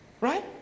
Right